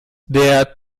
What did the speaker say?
der